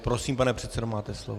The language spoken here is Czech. Prosím, pane předsedo, máte slovo.